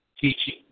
teaching